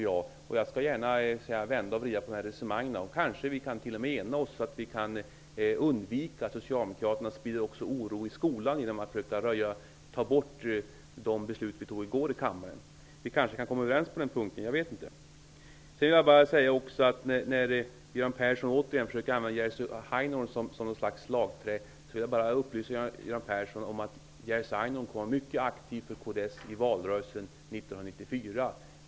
Jag skall gärna vända och vrida på de här resonemangen. Kanske vi t.o.m. kan ena oss, så att vi kan undvika att Socialdemokraterna sprider oro i skolan genom att försöka ta bort de beslut vi fattade i går i kammaren. Vi kanske kan komma överens på den punkten, jag vet inte. När Göran Persson återigen försöker använda Jerzy Einhorn som något slags slagträ, vill jag bara upplysa Göran Persson om att Jerzy Einhorn kommer att vara mycket aktiv för kds i valrörelsen 1994.